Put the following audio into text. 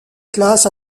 classe